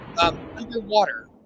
Underwater